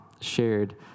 shared